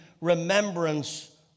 remembrance